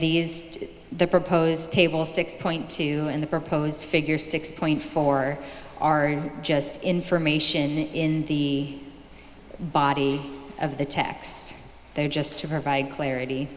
used the proposed table six point two in the proposed figure six point four are just information in the body of the tax there just to provide clarity